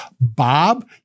Bob